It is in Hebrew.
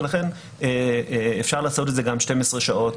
ולכן אפשר לעשות את זה גם 12 שעות